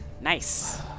Nice